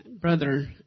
brother